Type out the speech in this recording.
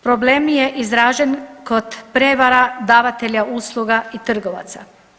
Problem je izražen kod prevara davatelja usluga i trgovaca.